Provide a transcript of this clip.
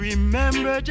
Remember